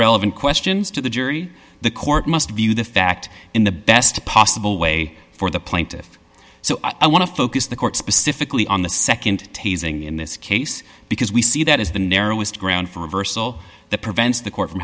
relevant questions to the jury the court must view the fact in the best possible way for the plaintiff so i want to focus the court specifically on the nd teasing in this case because we see that is the narrowest ground for reversal that prevents the court from